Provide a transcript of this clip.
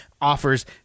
offers